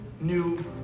new